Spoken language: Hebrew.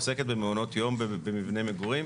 עוסקת במעונות יום במבני מגורים,